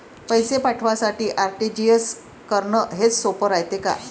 पैसे पाठवासाठी आर.टी.जी.एस करन हेच सोप रायते का?